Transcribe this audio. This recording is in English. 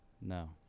No